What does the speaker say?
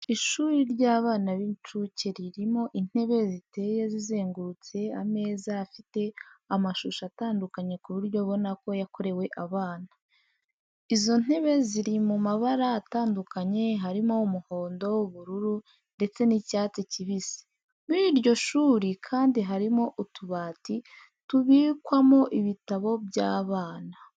Ishuri ry'abana b'inshuke ririmo intebe ziteye zizengurutse ameza afite amashusho atandukanye mu buryo ubona ko yakorewe abana. Izo ntebe ziri mu mabara atandukanye harimo umuhondo, ubururu ndetse n'icyatsi kibisi. Muri iryo shuri kandi harimo utubati tubikwamo ibitabo by'abana.